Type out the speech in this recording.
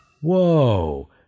whoa